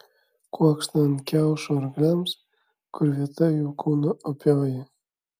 kuokštą ant kiaušo arkliams kur vieta jų kūno opioji